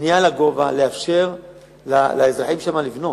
של בנייה לגובה, לאפשר לאזרחים שם לבנות.